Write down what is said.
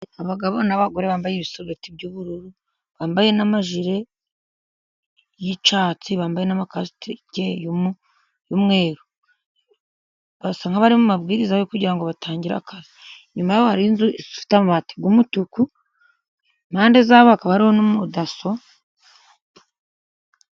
Abagabo n'abagore bambaye ibisurubeti by'ubururu, bambaye n'amajire y'icyatsi bambaye n'amakositimu y'umweru, basa nk' abari mu mabwiriza yo kugira ngo batangire akazi, nyuma hari inzu ifite amabati y'umutuku mpande yabo hakaba hari umudaso.